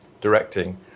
directing